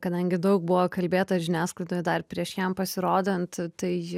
kadangi daug buvo kalbėta žiniasklaidoje dar prieš jam pasirodant tai